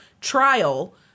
trial